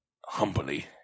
humbly